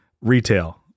retail